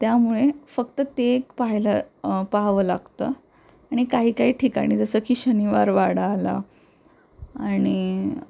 त्यामुळे फक्त ते एक पाहायला पाहावं लागतं आणि काही काही ठिकाणी जसं की शनिवार वाडा आला आणि